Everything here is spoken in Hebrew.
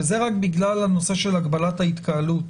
וזה רק בגלל הנושא של הגבלת ההתקהלות.